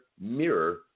mirror